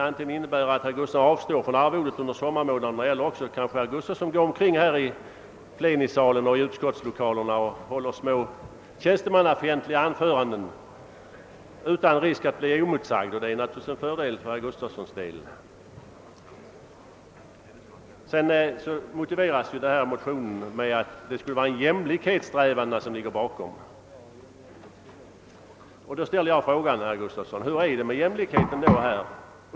Antingen måste herr Gustavsson avstå från arvodet under sommarmånaderna eller också går han kanske omkring här i plenisalen och utskottslokalerna och håller små tjänstemannafientliga anföranden utan risk för att bli motsagd, och det är naturligtvis en fördel för herr Gustavsson. Dessa motioner motiveras med att det skulle ligga en jämlikhetssträvan bakom dem. Jag ställer då frågan, herr Gustavsson: Hur är det med jämlikheten?